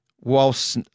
Whilst